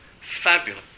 Fabulous